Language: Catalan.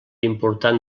important